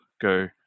go